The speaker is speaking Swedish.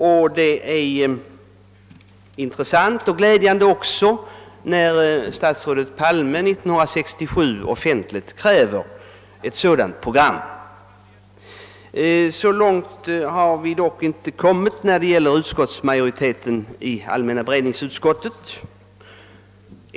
Det är också intressant och glädjande att statsrådet Palme 1967 offentligt krävde ett sådant program. Så långt har vi ännu inte kommit när det gäller utskottsmajoriteten i allmänna beredningsutskottet.